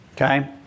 okay